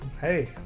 Hey